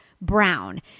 brown